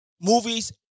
movies